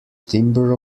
timber